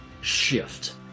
shift